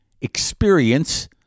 experience